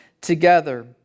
together